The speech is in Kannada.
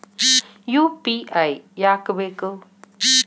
ಯು.ಪಿ.ಐ ಯಾಕ್ ಬೇಕು?